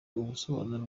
ubusobanuro